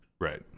Right